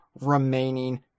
remaining